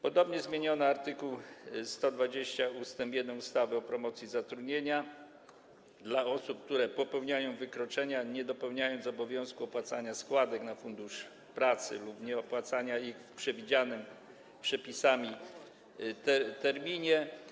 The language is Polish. Podobnie zmieniono art. 122 ust. 1 ustawy o promocji zatrudnienia w przypadku osób, które popełniają wykroczenia, nie dopełniając obowiązku opłacania składek na Fundusz Pracy lub nie opłacając ich w przewidzianym przepisami terminie.